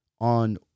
on